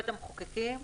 בבית המחוקקים,